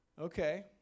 Okay